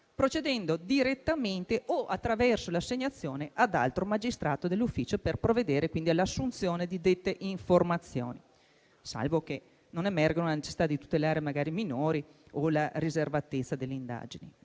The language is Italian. procedendo direttamente o attraverso l'assegnazione ad altro magistrato dell'ufficio per provvedere all'assunzione di dette informazioni, salvo che non emerga la necessità di tutelare minori o la riservatezza delle indagini.